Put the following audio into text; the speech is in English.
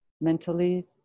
mentally